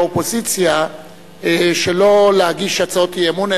נמנעות סיעות האופוזיציה מלהגיש הצעות אי-אמון,